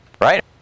Right